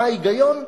מה ההיגיון?